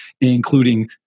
including